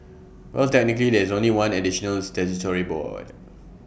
well technically there's only one additional statutory board